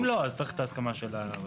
אם לא, צריך את ההסכמה של הרשות.